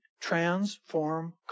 transform